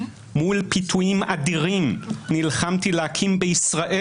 מול פיתויים אדירים נלחמתי להקים בישראל